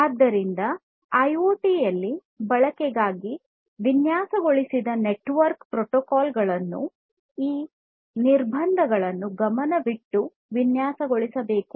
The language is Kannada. ಆದ್ದರಿಂದ ಐಒಟಿಯಲ್ಲಿ ಬಳಕೆಗಾಗಿ ವಿನ್ಯಾಸಗೊಳಿಸಲಾದ ನೆಟ್ವರ್ಕ್ ಪ್ರೋಟೋಕಾಲ್ ಗಳ ಈ ನಿರ್ಬಂಧಗಳನ್ನು ಗಮನದಲ್ಲಿಟ್ಟುಕೊಂಡು ವಿನ್ಯಾಸಗೊಳಿಸಬೇಕು